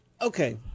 okay